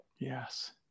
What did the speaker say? Yes